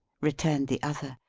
returned the other.